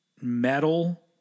metal